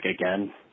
again